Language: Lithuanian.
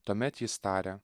tuomet jis taria